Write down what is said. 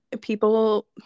people